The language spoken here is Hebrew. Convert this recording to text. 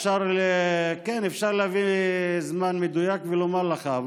אפשר להביא זמן מדויק ולומר לך.